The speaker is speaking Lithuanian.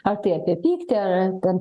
ar tai apie pyktį ar ten